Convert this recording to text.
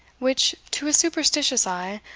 which, to a superstitious eye,